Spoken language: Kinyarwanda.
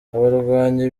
abarwanyi